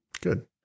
good